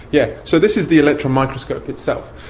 yeah so this is the electron microscope itself,